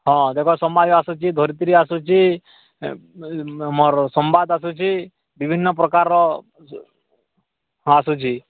ହଁ ଦେଖ ସମାଜ ଆସୁଛି ଧରିତ୍ରୀ ଆସୁଛି ସମ୍ବାଦ ଆସୁଛି ବିଭିନ୍ନ ପ୍ରକାରର ଆସୁଛି